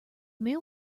meal